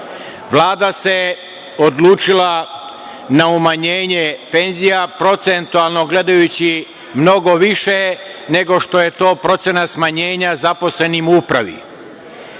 se odlučila na umanjenje penzija, procentualno gledajući, mnogo više nego što je to procenat smanjenja zaposlenima u upravi.